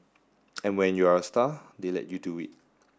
and when you're a star they let you do it